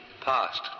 past